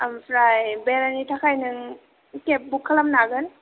आमफ्राय बेरायनो थाखाय नों केब बुक खालामनो हागोन